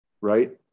right